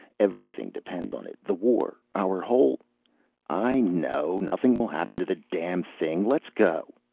everything depends on it, the war, our whole i know. nothing will happen to the damn thing. let's go.